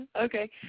Okay